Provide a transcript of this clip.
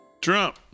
Trump